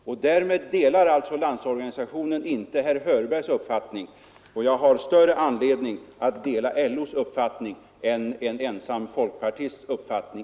LO delar alltså inte herr Hörbergs uppfattning, och jag har större anledning att dela LO:s än en ensam folkpartists uppfattning.